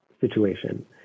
situation